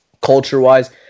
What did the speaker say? culture-wise